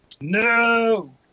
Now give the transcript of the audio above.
No